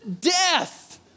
Death